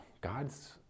God's